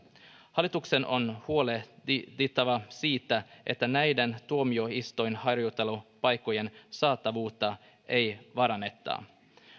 hallituksen on huolehdittava siitä että näiden tuomioistuinharjoittelupaikkojen saatavuutta ei vaaranneta myöskään